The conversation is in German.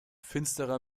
finsterer